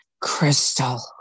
Crystal